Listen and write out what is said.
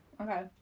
Okay